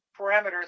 parameters